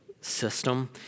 system